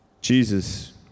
Jesus